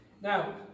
Now